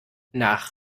nach